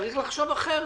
צריך לחשוב אחרת.